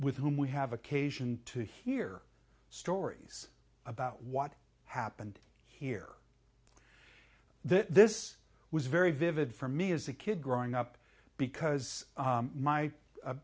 with whom we have occasion to hear stories about what happened here this was very vivid for me as a kid growing up because